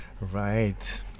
right